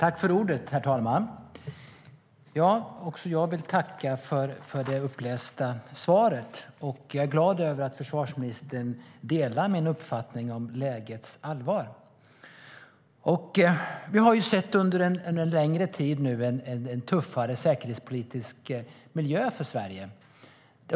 Herr talman! Jag vill tacka för det upplästa svaret. Jag är glad över att försvarsministern delar min uppfattning om lägets allvar. Vi har under en längre tid sett att Sverige har en tuffare säkerhetspolitisk miljö.